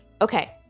Okay